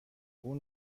اون